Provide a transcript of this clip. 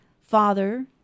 Father